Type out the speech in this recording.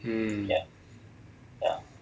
mm